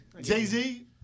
Jay-Z